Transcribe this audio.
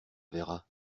verras